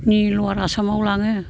नि लवार आसामाव लाङो